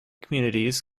communities